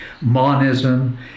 monism